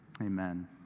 Amen